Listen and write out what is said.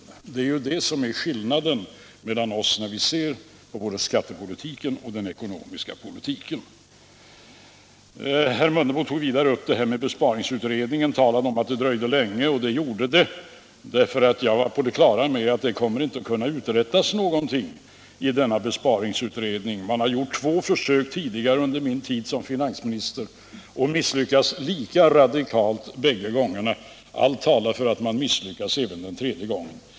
Det är ju skillnaden mellan oss när vi ser på både skattepolitiken och den ekonomiska politiken. Herr Mundebo tog vidare upp besparingsutredningen och talade om att den dröjde länge. Och det gjorde den därför att jag var på det klara med att man inte skulle kunna uträtta någonting i denna besparingsutredning. Man har gjort två försök tidigare under min tid som finansminister och misslyckats lika kapitalt bägge gångerna. Allt talar för att man misslyckas även den tredje gången.